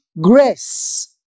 grace